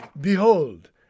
Behold